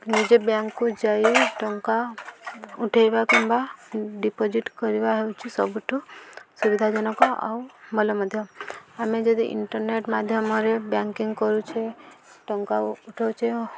ନିଜେ ବ୍ୟାଙ୍କକୁ ଯାଇ ଟଙ୍କା ଉଠେଇବା କିମ୍ବା ଡ଼ିପୋଜିଟ୍ କରିବା ହେଉଛି ସବୁଠୁ ସୁବିଧାଜନକ ଆଉ ଭଲ ମଧ୍ୟ ଆମେ ଯଦି ଇଣ୍ଟର୍ନେଟ୍ ମାଧ୍ୟମରେ ବ୍ୟାଙ୍କିଂ କରୁଛେ ଟଙ୍କା ଉଠଉଛେ